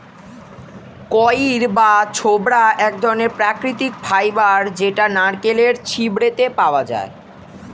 কইর বা ছোবড়া এক ধরণের প্রাকৃতিক ফাইবার যেটা নারকেলের ছিবড়েতে পাওয়া যায়